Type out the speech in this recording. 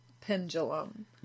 pendulum